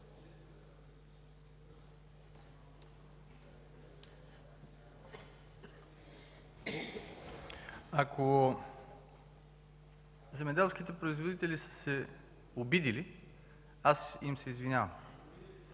Ако земеделските производители са се обидили, аз им се извинявам.